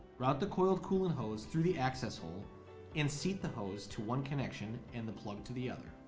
route the coiled coolant hose through the access hole and seat the hose to one connection, and the plug to the other.